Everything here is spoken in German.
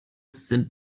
sind